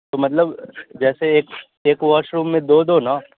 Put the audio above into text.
تو مطلب جیسے ایک ایک واش روم میں دو دو نا